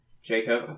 Jacob